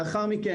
לאחר מכן,